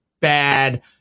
bad